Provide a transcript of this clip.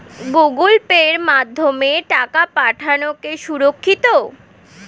Google পের মাধ্যমে টাকা পাঠানোকে সুরক্ষিত?